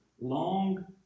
long